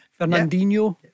Fernandinho